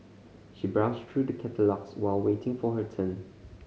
she browsed through the catalogues while waiting for her turn